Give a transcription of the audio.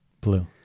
Blue